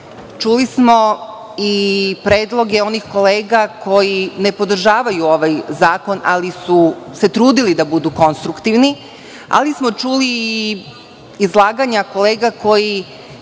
Čuli smo i predloge onih kolega koji ne podržavaju ovaj zakon, ali su se trudili da budu konstruktivni, ali smo čuli i izlaganja kolega koji